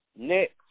Next